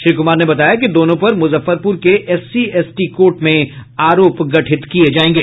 श्री कुमार ने बताया कि दोनों पर मुजफ्फरपुर के एससी एसटी कोर्ट में आरोप गठित किये जायेंगे